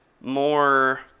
more